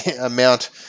amount